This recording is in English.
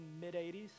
mid-80s